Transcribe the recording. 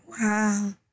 Wow